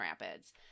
Rapids